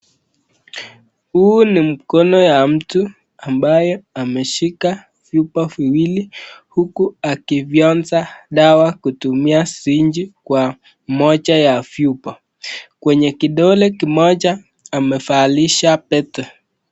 Huu ni mkono ya mtu ambaye ameshika vyupa viwili huku akifyonza dawa kutumia sirinji kwa moja ya vyupa kwenye kidole kimoja amevalisha pete.